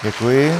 Děkuji.